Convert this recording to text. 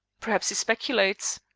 perhaps he speculates?